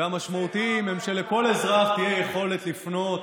והמשמעותיים הם שלכל אזרח תהיה יכולת לפנות